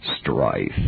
strife